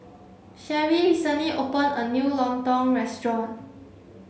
Sherrie recently open a new Lontong restaurant